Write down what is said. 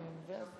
והמנומסת.